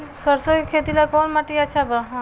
सरसों के खेती ला कवन माटी अच्छा बा?